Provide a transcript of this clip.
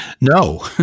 no